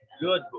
good